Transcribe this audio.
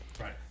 Right